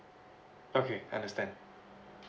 okay I understand